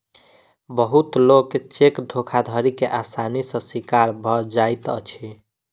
बहुत लोक चेक धोखाधड़ी के आसानी सॅ शिकार भ जाइत अछि